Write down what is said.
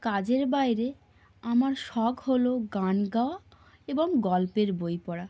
কাজের বাইরে আমার শখ হলো গান গাওয়া এবং গল্পের বই পড়া